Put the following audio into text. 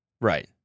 Right